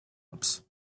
ups